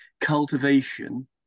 cultivation